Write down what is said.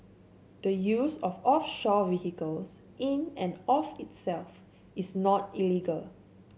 the use of offshore vehicles in and of itself is not illegal